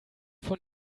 von